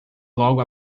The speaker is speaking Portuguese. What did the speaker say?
logo